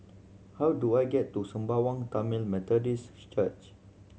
how do I get to Sembawang Tamil Methodist Church